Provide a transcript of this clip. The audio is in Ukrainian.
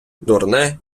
дурне